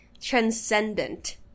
transcendent